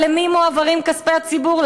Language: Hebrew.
אבל למי מועברים כספי הציבור?